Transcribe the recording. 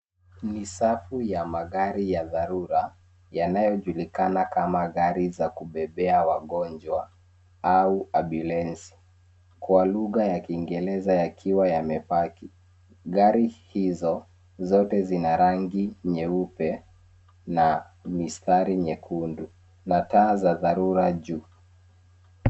Ni safu ya magari ya dharura, yanayojulikana kama gari za kubebea wagonjwa au ambulance kwa lugha ya kingereza, yakiwa yamepaki. Gari hizo zote zina rangi nyeupe na mistari nyekundu na taa za dharura juu.